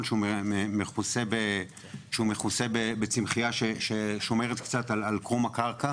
שמכוסה בצמחייה ששומרת קצת על קרום הקרקע.